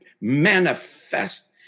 manifest